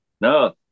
No